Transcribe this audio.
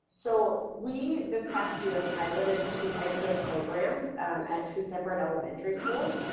so, we, this past year, piloted two types of programs at two separate elementary schools.